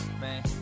man